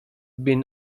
been